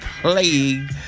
playing